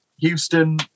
Houston